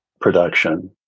production